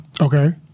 Okay